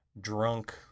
drunk